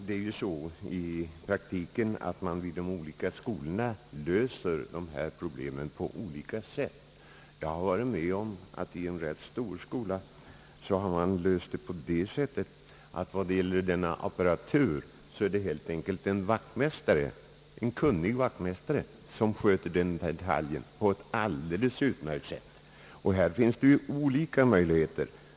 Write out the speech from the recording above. Herr talman! I praktiken är det så, att man i de olika skolorna löser dessa problem på olika sätt. Jag har varit med om att man i en rätt stor skola löst det hela på det sättet, att det helt enkelt är en kunnig vaktmästare som sköter denna apparatur, och han gör det på ett alldeles utmärkt sätt. Här finns det olika möjligheter.